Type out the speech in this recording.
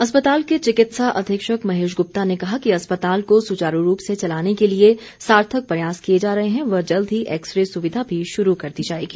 अस्पताल के चिकित्सा अधीक्षक महेश गुप्ता ने कहा कि अस्पताल को सुचारू रूप से चलाने के लिए सार्थक प्रयास किए जा रहे हैं व जल्द ही एक्स रे सुविधा भी शुरू कर दी जाएगी